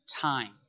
time